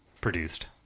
produced